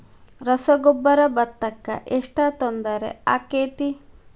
ರಸಗೊಬ್ಬರ, ಭತ್ತಕ್ಕ ಎಷ್ಟ ತೊಂದರೆ ಆಕ್ಕೆತಿ?